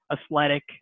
athletic